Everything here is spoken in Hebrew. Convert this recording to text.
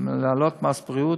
להעלות מס בריאות.